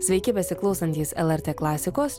sveiki besiklausantys lrt klasikos